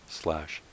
slash